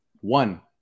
one